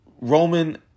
Roman